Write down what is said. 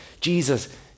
Jesus